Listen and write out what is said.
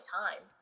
time